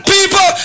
people